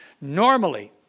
Normally